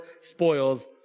spoils